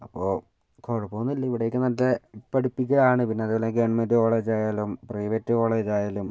അപ്പോൾ കുഴപ്പം ഒന്നുമില്ല ഇവിടെയൊക്കെ നല്ല പഠിപ്പിക്കുകയാണ് പിന്നെ അതേപോലെ ഗെവൺമെന്റ് കോളേജായാലും പ്രൈവറ്റ് കോളേജായാലും